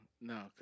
no